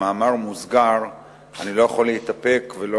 במאמר מוסגר אני לא יכול להתאפק ולא